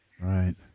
Right